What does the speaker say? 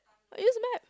I use map